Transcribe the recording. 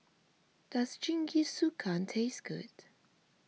does Jingisukan taste good